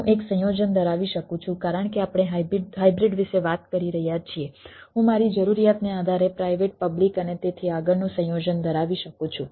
હું એક સંયોજન ધરાવી શકું છું કારણ કે આપણે હાઇબ્રિડ વિશે વાત કરી રહ્યા છીએ હું મારી જરૂરિયાતને આધારે પ્રાઇવેટ પબ્લિક અને તેથી આગળનું સંયોજન ધરાવી શકું છું